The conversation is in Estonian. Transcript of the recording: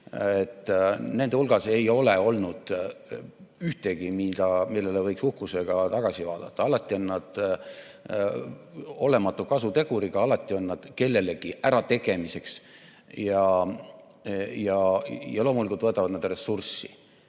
Nende hulgas ei ole olnud ühtegi, millele võiks uhkusega tagasi vaadata. Alati on nad olematu kasuteguriga, alati on nad kellelegi ärategemiseks ja loomulikult võtavad nad ressurssi.